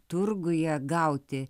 turguje gauti